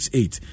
eight